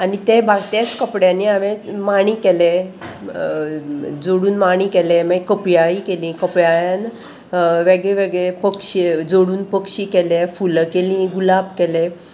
आनी ते तेच कपड्यांनी हांवेंन माणें केले जोडून माणी केले मागीर कपयाळी केलीं कपयाळ्यान वेगळेवेगळे पक्षी जोडून पक्षी केले फुलां केलीं गुलाब केले